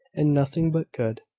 and nothing but good.